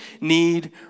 need